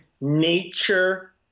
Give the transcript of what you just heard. nature